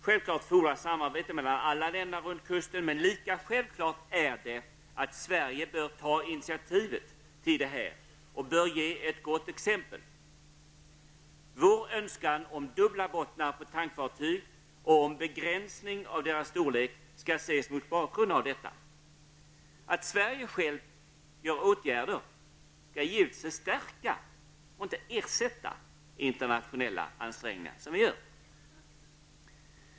Självklart fordras samarbete mellan alla länder runt kusten, men lika självklart är att Sverige bör ta initiativet till detta och föregå med gott exempel. Vår önskan om dubbla bottnar på tankfartyg och begränsning av deras storlek skall ses mot bakgrund av detta. Att Sverige självt vidtar åtgärder skall givetvis stärka och inte ersätta våra internationella ansträngningar.